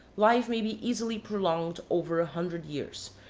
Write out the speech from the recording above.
life may be easily prolonged over a hundred years,